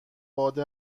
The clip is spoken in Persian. باد